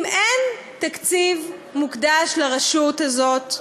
אם אין תקציב מוקדש לרשות הזאת,